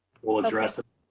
we'll address it.